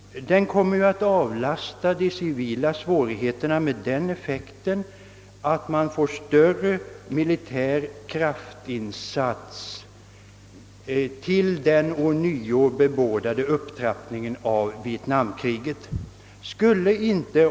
Den kom mer ju att avlasta den civila produktionen och får den effekten att USA kan göra en större militär kraftinsats i den ånyo bebådade upptrappningen av kriget i Vietnam.